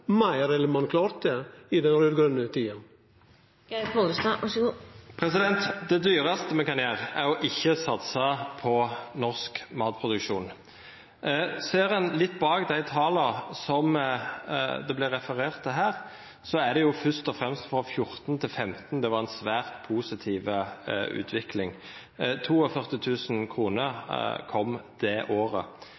meir enn ein klarte i den raud-grøne regjeringstida? Det dyraste me kan gjera, er å ikkje satsa på norsk matproduksjon. Ser ein litt bak dei tala som det vart referert til her, er det først og fremst frå 2014 til 2015 det var ei svært positiv utvikling